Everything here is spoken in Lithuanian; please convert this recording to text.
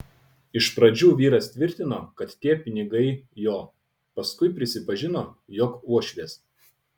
iš pradžių vyras tvirtino kad tie pinigai jo paskui prisipažino jog uošvės